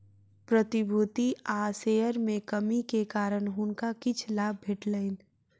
प्रतिभूति आ शेयर में कमी के कारण हुनका किछ लाभ भेटलैन